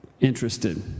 interested